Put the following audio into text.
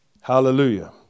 Hallelujah